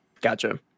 Gotcha